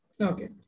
Okay